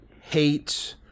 hate